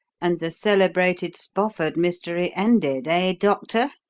and the celebrated spofford mystery ended ah, doctor?